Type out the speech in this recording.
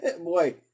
Boy